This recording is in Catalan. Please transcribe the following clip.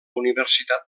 universitat